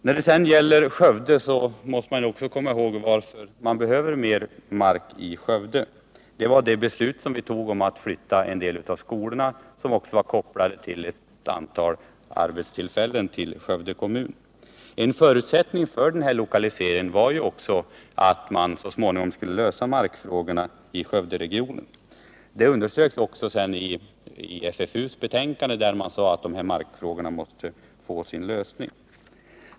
När det sedan gäller Skövde måste man komma ihåg att det behövs mer mark där, bl.a. med anledning av det beslut vi tog om att flytta en del av skolorna, som också var kopplat till ett antal arbetstillfällen i Skövde kommun. En förutsättning för den här lokaliseringen var att man så småningom skulle lösa markfrågorna i Skövderegionen. Det underströks också i FFU:s betänkande, där det sades att markfrågorna måste få sin lösning.